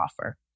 offer